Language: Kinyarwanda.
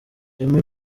amy